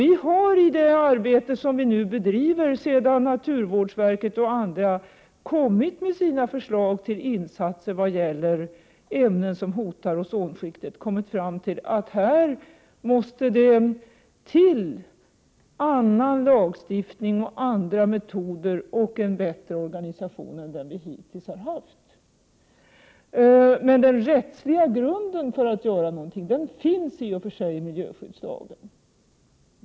Vi har i det arbete som vi nu bedriver, sedan naturvårdsverket och andra lagt fram sina förslag till insatser vad gäller ämnen som hotar ozonskiktet, kommit fram till att det behövs annan lagstiftning, andra metoder och en bättre organisation än vad vi hittills har haft. Men den rättsliga grunden för att göra någonting finns i och för sig i miljöskyddslagen.